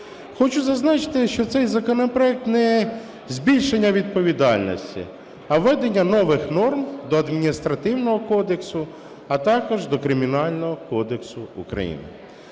Хочу зазначити, що цей законопроект не збільшення відповідальності, а введення нових норм до адміністративного кодексу, а також до Кримінального кодексу України.